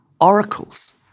oracles